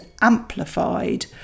amplified